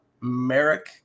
Merrick